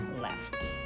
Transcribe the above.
left